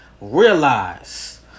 realize